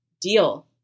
deal